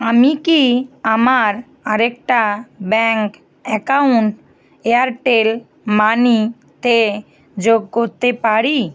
আমি কি আমার আরেকটা ব্যাঙ্ক অ্যাকাউন্ট এয়ারটেল মানিতে যোগ করতে পারি